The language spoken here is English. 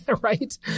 right